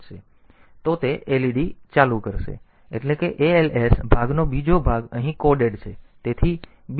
તેથી જો તે 0 નથી તો તે led ચાલુ કરશે એટલે કે als ભાગનો બીજો ભાગ અહીં કોડેડ છે